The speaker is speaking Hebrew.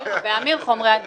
ב"עמיר" חומרי הדברה.